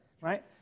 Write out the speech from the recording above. right